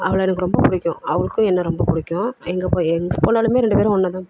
அவளை எனக்கு ரொம்ப பிடிக்கும் அவளுக்கும் என்னை ரொம்ப பிடிக்கும் எங்கே போய் எங்கே போனாலுமே ரெண்டு பேரும் ஒன்னாக தான் போவோம்